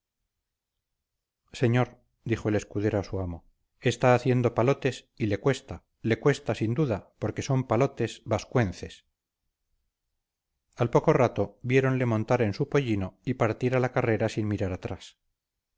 señor dijo el escudero a su amo está haciendo palotes y le cuesta le cuesta sin duda porque son palotes vascuences al poco rato viéronle montar en su pollino y partir a la carrera sin mirar atrás